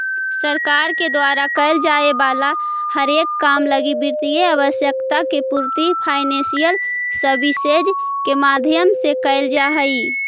सरकार के द्वारा कैल जाए वाला हरेक काम लगी वित्तीय आवश्यकता के पूर्ति फाइनेंशियल सर्विसेज के माध्यम से कैल जा हई